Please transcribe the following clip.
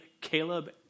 Caleb